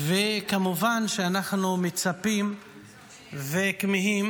כמובן שאנחנו מצפים וכמהים